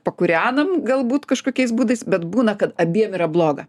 pakūrenam galbūt kažkokiais būdais bet būna kad abiem yra bloga